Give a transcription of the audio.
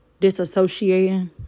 disassociating